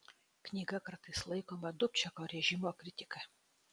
knyga kartais laikoma dubčeko režimo kritika